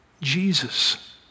Jesus